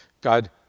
God